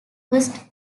first